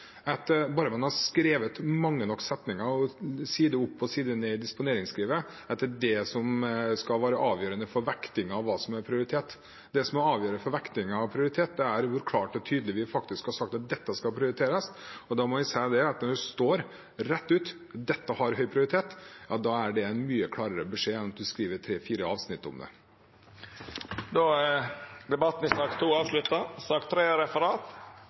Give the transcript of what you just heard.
bare man har skrevet mange nok setninger og side opp og side ned i disponeringsskrivet, er det avgjørende for vektingen av prioritet. Det som er avgjørende for vektingen av prioritet, er hvor klart og tydelig vi faktisk har sagt at dette skal prioriteres. Når det står rett ut at dette «har høy prioritet» – ja, da er det en mye klarere beskjed enn at en skriver tre–fire avsnitt om det. Då er den ordinære spørjetimen slutt. Det ligg ikkje føre noko referat. Dermed er kartet for i dag ferdigbehandla. Ber nokon om ordet før møtet vert heva? – Møtet er